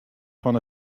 fan